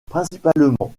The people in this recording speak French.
principalement